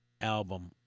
album